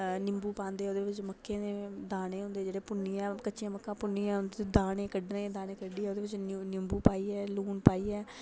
निम्बू पांदे ओह्दे बिच मक्कें दे दाने होंदे जेह्ड़े भुन्नियै कच्चियां मक्का भुन्नियै दाने कड्ढने दाने कड्ढियै ओह्दे बिच निम्बू पाइयै लून पाइयै